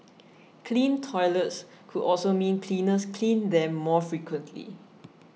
clean toilets could also mean cleaners clean them more frequently